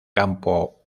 campo